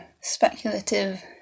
speculative